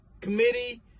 committee